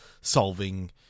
solving